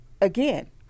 again